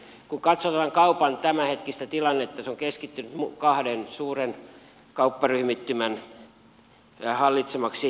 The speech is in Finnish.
kun katsotaan kaupan tämänhetkistä tilannetta se on keskittynyt kahden suuren kaupparyhmittymän hallitsemaksi